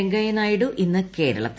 വെങ്കയ്യ നായിഡു ഇന്ന് കേരളത്തിൽ